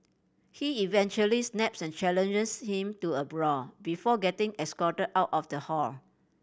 he eventually snaps and challenges him to a brawl before getting escorted out of the hall